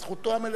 זאת זכותו המלאה.